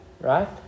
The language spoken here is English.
right